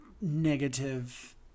negative